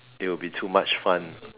they will be too much fun